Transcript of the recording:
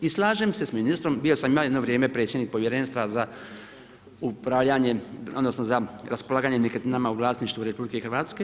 I slažem se s ministrom, bio sam i ja jedno vrijeme predsjednik Povjerenstva za upravljanje, odnosno za raspolaganjem nekretninama u vlasništvu RH.